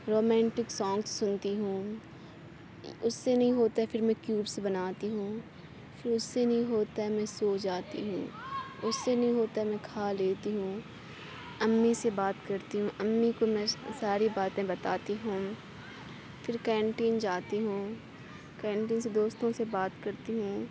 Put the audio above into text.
romantic song سُنتی ہوں اُس سے نہیں ہوتا ہے پھر کیوبس بناتی ہوں پھر اُس سے نہیں ہوتا ہے میں سو جاتی ہوں اُس سے نہیں ہوتا ہے میں کھا لیتی ہوں امّی سے بات کرتی ہوں امّی کو میں ساری باتیں بتاتی ہوں پھر کینٹین جاتی ہوں کینٹین سے دوستوں سے بات کرتی ہوں